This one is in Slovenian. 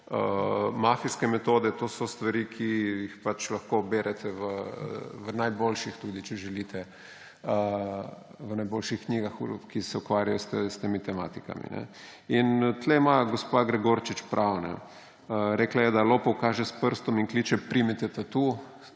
mafijske metode, to so stvari, ki jih pač lahko berete tudi v najboljših, če želite, knjigah, ki se ukvarjajo s temi tematikami. In tukaj ima gospa Gregorčič prav. Rekla je, da lopov kaže s prstom in kliče: »Primite tatu!«